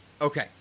Okay